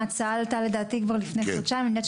אבל ההצעה עלתה לפני חודשיים ואני יודעת